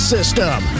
System